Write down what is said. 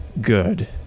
good